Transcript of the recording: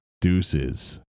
Deuces